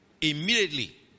immediately